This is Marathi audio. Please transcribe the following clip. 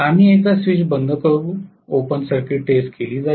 आम्ही एकदा स्विच बंद करू ओपन सर्किट टेस्ट केली जाते